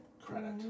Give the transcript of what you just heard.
credit